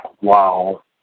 Wow